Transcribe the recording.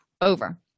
over